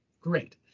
great